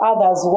Others